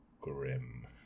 grim